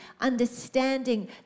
understanding